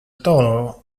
toro